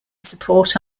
support